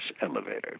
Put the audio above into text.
elevator